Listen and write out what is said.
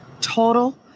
Total